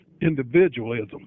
individualism